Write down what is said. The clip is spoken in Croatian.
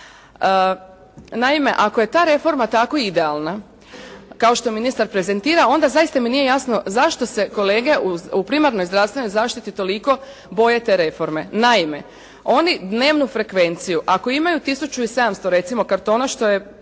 Naime ako je ta reforma tako idealna, kao što je ministar prezentira, onda zaista mi nije jasno zašto se kolege u primarnoj zdravstvenoj zaštiti toliko boje te reforme. Naime, oni dnevnu frekvenciju ako imaju 1700 recimo kartona što je